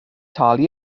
talu